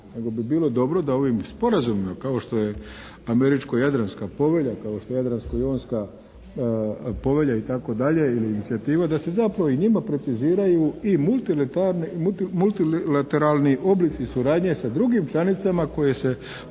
nego bi bilo dobro da ovim sporazumima kao što je Američko-jadranska povelja, kao što je Jadransko-jonska povelja itd. ili inicijativa da se zapravo i njima preciziraju i multilateralni oblici suradnje sa drugim članicama koje se pojavljuju